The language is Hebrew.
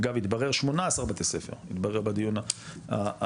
אגב התברר 18 בתי ספר התברר בדיון הבוקר,